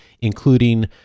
including